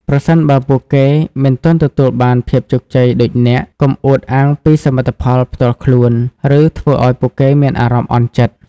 ប្រសិនបើពួកគេមិនទាន់ទទួលបានភាពជោគជ័យដូចអ្នក កុំអួតអាងពីសមិទ្ធផលផ្ទាល់ខ្លួន ឬធ្វើឱ្យពួកគេមានអារម្មណ៍អន់ចិត្ត។